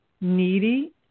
needy